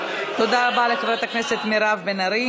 צריך לקדם נשים בשני המגזרים.